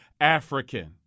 African